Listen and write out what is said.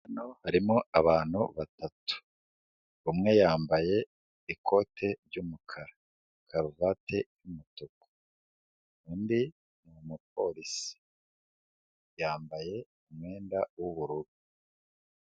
Hano harimo bantu batatu, umwe yambaye ikote ry'umukara, karuvati y'umutuku, undi ni umupolisi, yambaye umwenda w'ubururu.